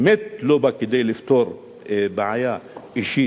באמת לא בא כדי לפתור בעיה אישית